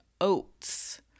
oats